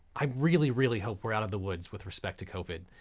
i really, really hope we're out of the woods with respect to covid.